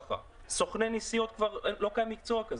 סוכני נסיעות כבר לא קיים מקצוע כזה.